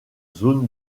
zones